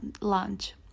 lunch